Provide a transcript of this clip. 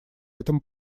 этом